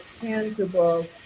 tangible